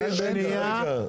יוסי, שנייה.